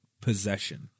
possession